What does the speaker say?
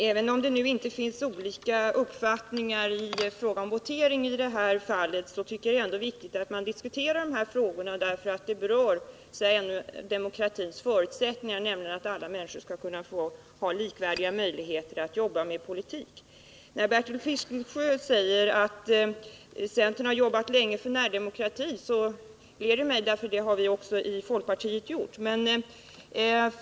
Herr talman! Även om det inte finns olika uppfattning i fråga om yrkanden i detta ärende är det ändå viktigt att man diskuterar de här frågorna. De rör demokratins förutsättningar, nämligen att alla människor skall ha likvärdiga möjligheter att jobba med politik. När Bertil Fiskesjö säger att centern har jobbat länge för närdemokrati gläder det mig. Det har också vi i folkpartiet gjort.